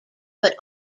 but